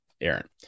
aaron